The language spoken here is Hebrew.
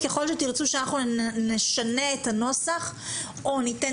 ככל שתרצו שאנחנו נשנה את הנוסח או ניתן